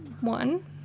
one